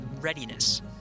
readiness